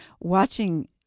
watching